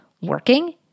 working